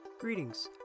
Greetings